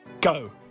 go